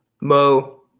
mo